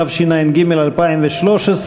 התשע"ג 2013,